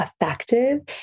effective